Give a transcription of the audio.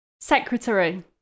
secretary